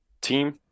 team